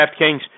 DraftKings